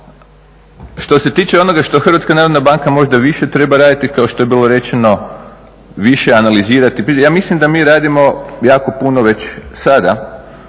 Što se tiče onoga što HNB možda više treba raditi kao što je bilo rečeno više analizirati, ja mislim da mi radimo jako puno već sada.